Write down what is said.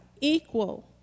Equal